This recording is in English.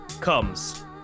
comes